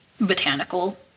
botanical